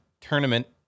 tournament